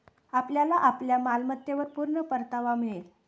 आपल्याला आपल्या मालमत्तेवर पूर्ण परतावा मिळेल